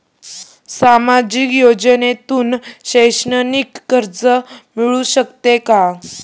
सामाजिक योजनेतून शैक्षणिक कर्ज मिळू शकते का?